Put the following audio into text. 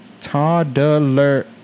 Toddler